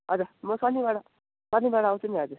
हजुर म शनिवार शनिवार आउँछु नि हजुर